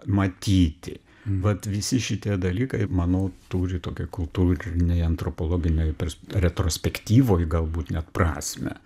matyti vat visi šitie dalykai manau turi tokią kultūrinėj antropologinėj pers retrospektyvoj galbūt net prasmę